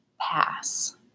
pass